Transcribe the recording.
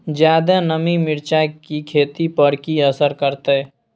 ज्यादा नमी मिर्चाय की खेती पर की असर करते?